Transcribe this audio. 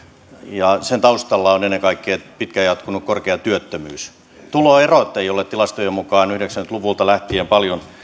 ja sen taustalla on ennen kaikkea pitkään jatkunut korkea työttömyys tuloerot eivät ole tilastojen mukaan yhdeksänkymmentä luvulta lähtien paljon